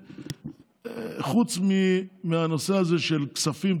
חוץ מהנושא הזה של כספים,